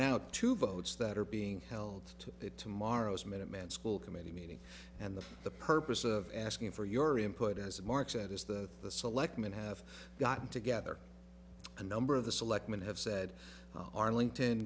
now two votes that are being held to tomorrow's minuteman school committee meeting and the the purpose of asking for your input as mark said is that the selectmen have gotten together a number of the selectmen have said arlington